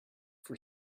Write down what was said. for